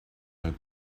had